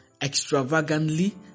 extravagantly